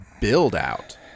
build-out